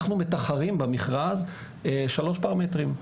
אנחנו מתחרים במכרז שלושה פרמטרים: